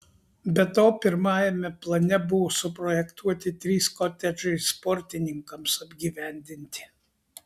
be to pirmajame plane buvo suprojektuoti trys kotedžai sportininkams apgyvendinti